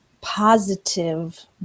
positive